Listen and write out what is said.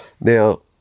Now